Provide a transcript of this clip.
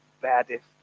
baddest